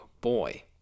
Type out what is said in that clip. boy